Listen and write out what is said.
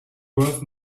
worth